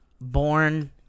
born